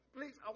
Please